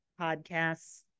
podcasts